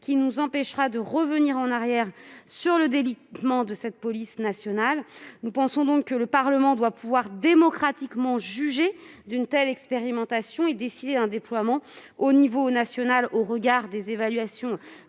qui nous empêchera de revenir sur le délitement de cette police nationale. Nous pensons donc que le Parlement doit pouvoir démocratiquement juger d'une telle expérimentation et décider d'un déploiement au niveau national, au regard des évaluations